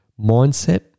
Mindset